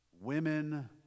women